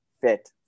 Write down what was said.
fit